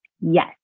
Yes